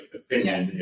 opinion